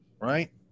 right